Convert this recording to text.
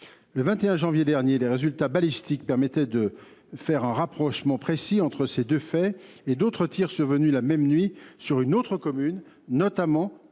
Le 21 janvier dernier, les résultats balistiques ont permis de faire le rapprochement précis entre ces deux faits. D’autres tirs sont survenus la même nuit dans une autre commune, notamment contre